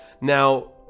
Now